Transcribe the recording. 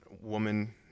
woman